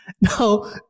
Now